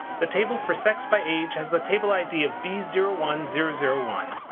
the table for sex by age has the table id of b zero one zero zero one.